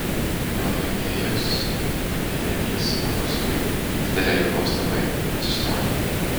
jonui įėjus ji pakėlė akis o paskui didelei jo nuostabai atsistojo